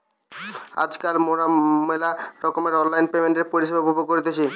আজকাল মোরা মেলা রকমের অনলাইন পেমেন্টের পরিষেবা উপভোগ করতেছি